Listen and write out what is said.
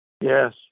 Yes